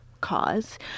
cause